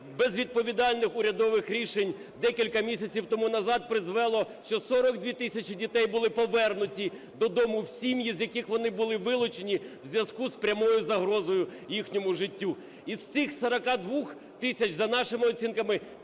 безвідповідальних урядових рішень декілька місяців тому назад призвело, що 42 тисячі дітей були повернуті додому в сім'ї, з яких вони були вилучені в зв'язку з прямою загрозою їхньому життю. Із цих 42 тисяч, за нашими оцінками,